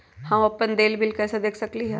हम अपन देल बिल कैसे देख सकली ह?